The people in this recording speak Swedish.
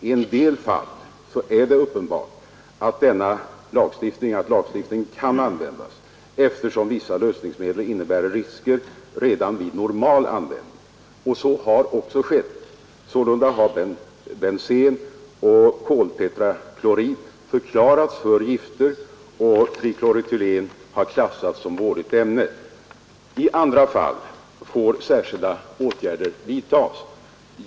I en del fall är det uppenbart att lagstiftningen kan användas, eftersom vissa lösningsmedel innebär risker redan vid normal användning. Så har också skett. Sålunda har bensen och koltetraklorid förklarats för gifter och trikloretylen klassats som vådligt ämne. I andra fall får särskilda åtgärder vidtas.